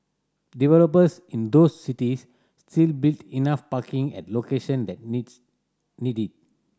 developers in those cities still build enough parking at location that needs need it